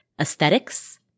aesthetics